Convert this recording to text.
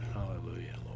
Hallelujah